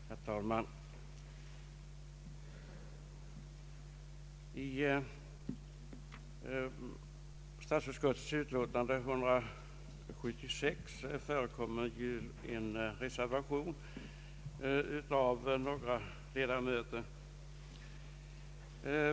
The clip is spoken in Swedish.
Herr talman! Till statsutskottets utlåtande nr 176 har några ledamöter avgivit en motiverad reservation.